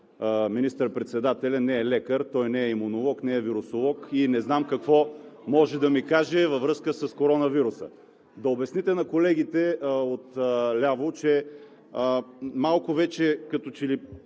министър-председателят не е лекар, той не е имунолог, не е вирусолог и не знам какво може да ми каже във връзка с коронавируса. Да обясните на колегите отляво, че вече малко като че ли